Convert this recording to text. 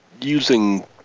using